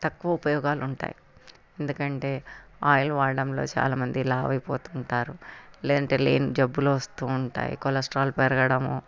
తక్కువ ఉపయోగాలు ఉంటాయి ఎందుకంటే ఆయిల్ వాడడంలో చాలా మంది లావు అయిపోతుంటారు లేదంటే లేని జబ్బులు వస్తు ఉంటాయి కొలెస్ట్రాల్ పెరగడము